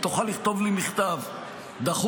אם תוכל לכתוב לי מכתב דחוף,